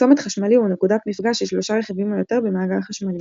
צומת חשמלי הוא נקודת מפגש של שלושה רכיבים או יותר במעגל חשמלי.